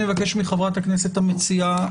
נבקש מחברת הכנסת המציעה,